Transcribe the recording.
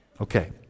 Okay